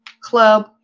club